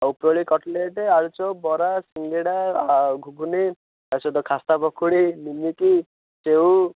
ଆଉ ଉପରଓଳି କଟଲେଟ୍ ଆଳୁଚପ ବରା ସିଙ୍ଗଡ଼ା ଆଉ ଘୁଗୁନି ତା ସହିତ ଖାସ୍ତା ପକୋଡ଼ି ନିମିକି ସେଉ